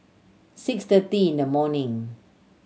six thirty in the morning